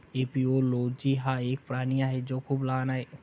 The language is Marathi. एपिओलोजी हा एक प्राणी आहे जो खूप लहान आहे